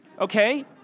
okay